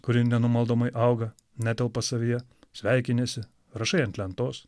kuri nenumaldomai auga netelpa savyje sveikiniesi rašai ant lentos